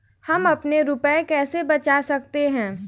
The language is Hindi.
हम अपने रुपये कैसे बचा सकते हैं?